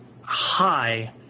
high